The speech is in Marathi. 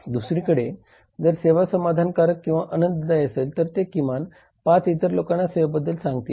दुसरीकडे जर सेवा समाधानकारक किंवा आनंददायी असेल तर ते किमान पाच इतर लोकांना सेवेबद्दल सांगतील